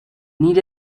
need